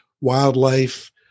wildlife